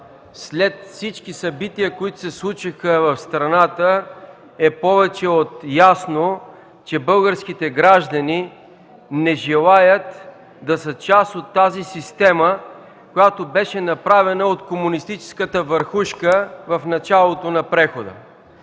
След всички събития, които се случиха в страната, е повече от ясно, че българските граждани не желаят да са част от тази система, която беше направена от комунистическата върхушка в началото на прехода.